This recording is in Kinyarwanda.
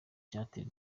cyateye